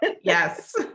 Yes